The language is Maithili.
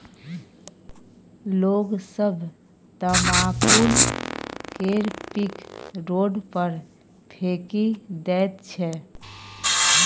लोग सब तमाकुल केर पीक रोड पर फेकि दैत छै